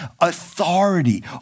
authority